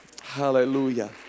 Hallelujah